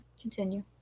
Continue